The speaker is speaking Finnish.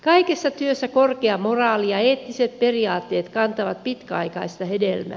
kaikessa työssä korkea moraali ja eettiset periaatteet kantavat pitkäaikaista hedelmää